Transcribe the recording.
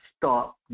stop